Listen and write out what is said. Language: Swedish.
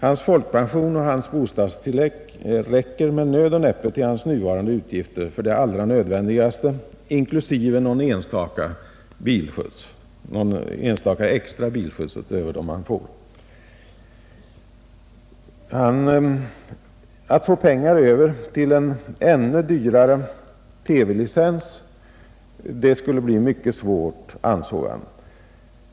Hans folkpension och hans bostadstillägg räcker med nöd och näppe till hans nuvarande utgifter för det allra nödvändigaste inklusive någon enstaka extra bilskjuts utöver dem han får. Han anser att det skulle bli mycket svårt att få pengar över till en ännu dyrare TV-licens.